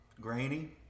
Grainy